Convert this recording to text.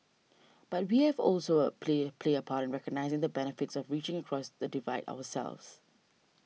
but we have also a play play a part recognising the benefits of reaching across the divide ourselves